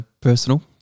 personal